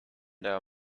der